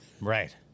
right